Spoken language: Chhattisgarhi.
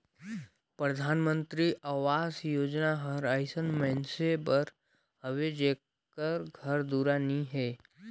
परधानमंतरी अवास योजना हर अइसन मइनसे बर हवे जेकर घर दुरा नी हे